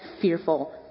fearful